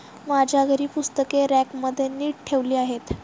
माझ्या घरी पुस्तके रॅकमध्ये नीट ठेवली आहेत